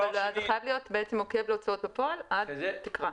אבל זה חייב להיות בעצם עוקב להוצאות בפועל עד תקרה.